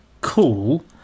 cool